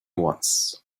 once